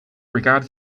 regard